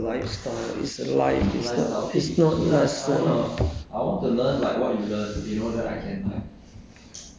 important lesson ah it's not lesson leh is a lifestyle is a lifestyle is not lesson